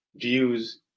views